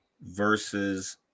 versus